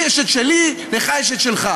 לי יש את שלי, לך יש את שלך.